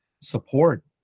support